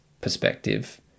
perspective